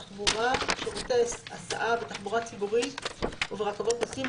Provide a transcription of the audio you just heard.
תחבורה: שירותי הסעה בתחבורה ציבורית וברכבות נוסעים,